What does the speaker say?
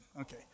Okay